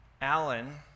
Alan